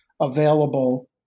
available